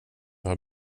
har